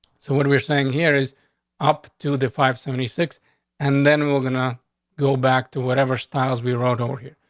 so what we're saying here is up to the five seventy six and then we're gonna go back to whatever styles we wrote over here.